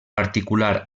particular